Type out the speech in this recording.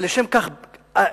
ולשם כך עליתי,